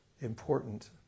important